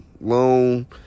loan